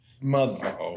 mother